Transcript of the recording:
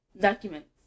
documents